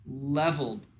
leveled